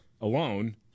Alone